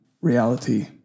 reality